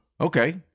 Okay